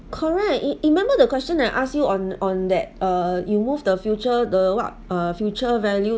correct re~ remember the question I asked you on on that uh you move the future the what uh future value